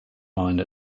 mine